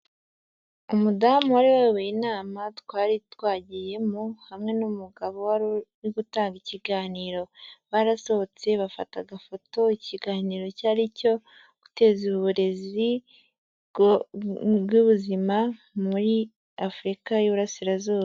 Umudamu wari wayoboye inama twari twagiyemo hamwe n'umugabo wari uri gutanga ikiganiro barasohotse bafata agafoto, ikiganiro cyari icyo guteza uburezi bw'ubuzima muri Afurika y'Iburasirazuba.